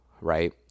right